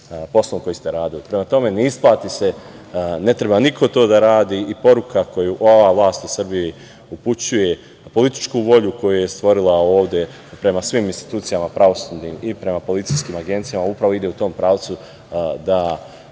poslom koji ste radili. Prema tome, ne isplati se, ne treba niko to da radi i poruka koju ova vlast u Srbiji upućuje političku volju koju je stvorila ovde prema svim institucijama pravosudnim i prema policijskim agencijama upravo ide u tom pravcu da